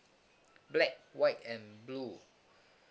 black white and blue